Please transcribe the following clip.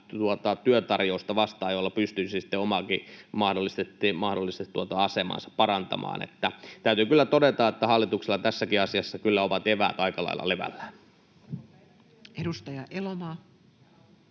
työtarjousta, jolla pystyisi sitten omaakin mahdollista asemaansa parantamaan. Täytyy kyllä todeta, että hallituksella tässäkin asiassa kyllä ovat eväät aika lailla levällään. [Speech 98]